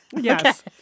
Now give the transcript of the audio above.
Yes